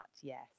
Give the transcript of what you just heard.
Yes